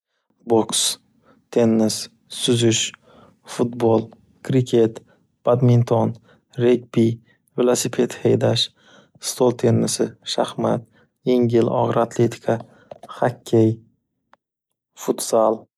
Boks, tennis, suzush, futbol, kriket, badminton, regbi, velosiped xedash, stol tennisi, shahmat, yengil og'ii atletika, xokkey, futzal.